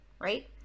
right